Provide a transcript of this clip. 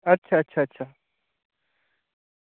अच्छा अच्छा अच्छा